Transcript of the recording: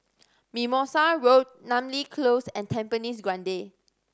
Mimosa Road Namly Close and Tampines Grande